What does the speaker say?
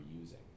using